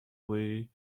way